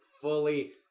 fully